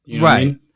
Right